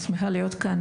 אני שמחה להיות כאן,